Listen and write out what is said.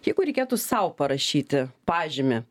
jeigu reikėtų sau parašyti pažymį